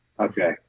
Okay